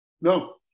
No